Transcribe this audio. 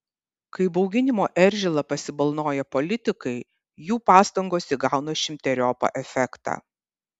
kai bauginimo eržilą pasibalnoja politikai jų pastangos įgauna šimteriopą efektą